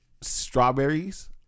Strawberries